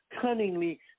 cunningly